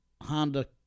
Honda